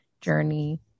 journey